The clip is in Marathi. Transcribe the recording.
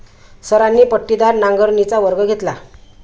सरांनी पट्टीदार नांगरणीचा वर्ग घेतला